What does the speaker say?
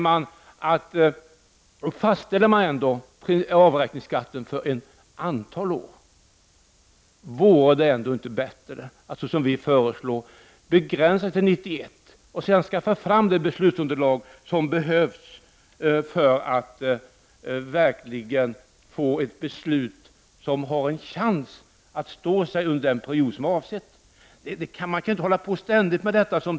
Vore det inte bättre att, som vi föreslår, begränsa sig till att fastställa avräkningsskatten för 1991 och sedan skaffa fram det beslutsunderlag som behövs för att riksdagen verkligen skall kunna fatta ett beslut som har en chans att stå sig under den period som avses? Det går inte att ständigt göra på detta sätt.